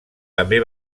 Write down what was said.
també